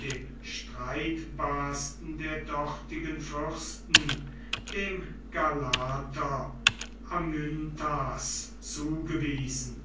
dem streitbarsten der dortigen fürsten dem galater amyntas zugewiesen